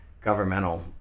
governmental